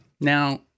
Now